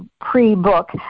pre-book